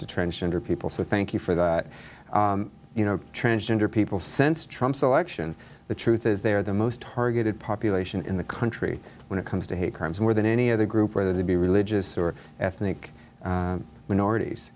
to transgender people so thank you for that you know transgender people sense trumps election the truth is they are the most targeted population in the country when it comes to hate crimes more than any other group whether they be religious or ethnic minorities